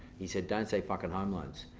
he said, don't say fuckin' home loans.